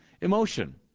emotion